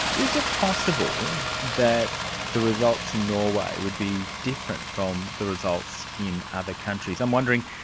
is it possible that the results in norway would be different from the results in other countries? i'm wondering,